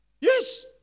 Yes